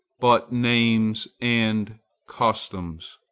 but names and customs.